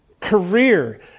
career